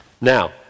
Now